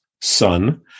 son